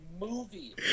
movie